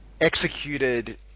executed